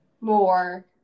more